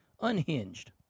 unhinged